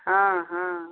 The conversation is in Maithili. हॅं हॅं